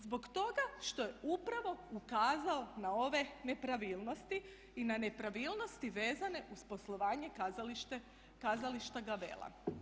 Zbog toga što je upravo ukazao na ove nepravilnosti i na nepravilnosti vezane uz poslovanje kazališta Gavela.